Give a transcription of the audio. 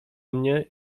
mnie